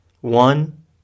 one